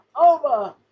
over